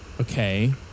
Okay